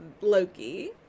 Loki